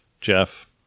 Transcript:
Jeff